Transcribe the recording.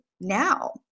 now